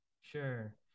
Sure